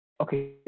Okay